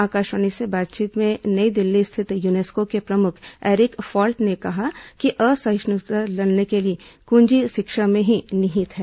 आकाशवाणी से बातचीत में नई दिल्ली स्थित यूनेस्को के प्रमुख एरिक फॉल्ट ने कहा कि असहिष्णुता से लड़ने की कुंजी शिक्षा में ही निहित है